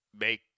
make